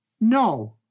No